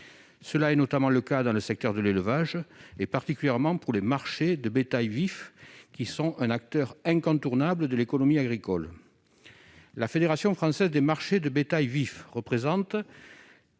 est grande dans le secteur de l'élevage et, particulièrement, sur les marchés de bétail vif, qui sont des acteurs incontournables de l'économie agricole. La Fédération française des marchés de bétail vif représente